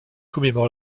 commémore